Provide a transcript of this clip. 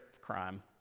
crime